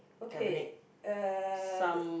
okay uh